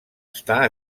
estar